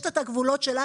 יש לה את הגבולות שלה,